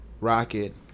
Rocket